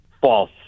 False